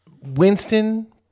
winston